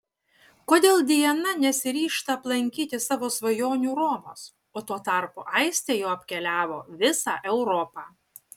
kodėl diana nesiryžta aplankyti savo svajonių romos o tuo tarpu aistė jau apkeliavo visą europą